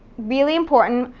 really important.